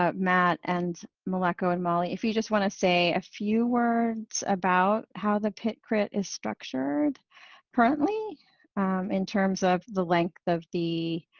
ah matt and meleko and molly, if you just wanna say a few words about how the pit crit is structured currently in terms of the length of the